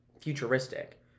futuristic